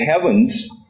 heavens